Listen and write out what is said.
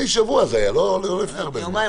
זה היה לפני שבוע.